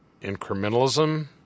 incrementalism